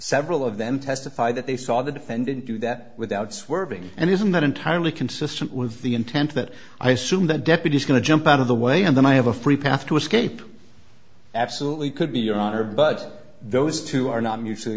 several of them testified that they saw the defendant do that without swerving and isn't that entirely consistent with the intent that i assume the deputy is going to jump out of the way and then i have a free path to escape absolutely could be your honor but those two are not mutually